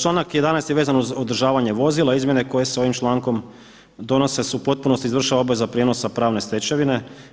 Članak 11. je vezan uz održavanje vozila, izmjene koje se s ovim člankom donose se u potpunosti izvršava obveza prijenosa pravne stečevine.